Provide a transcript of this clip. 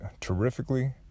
terrifically